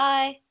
Bye